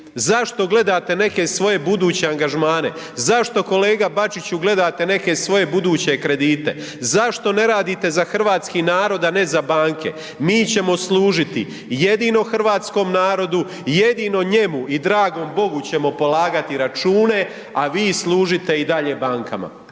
Zašto gledate neke svoje buduće angažmane? Zašto kolega Bačiću gledate neke svoje buduće kredite? Zašto ne radite za hrvatski narod, a ne za banke? Mi ćemo služiti jedino hrvatskom narodu, jedino njemu i dragom Bogu ćemo polagati račune, a vi služite i dalje bankama.